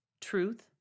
truth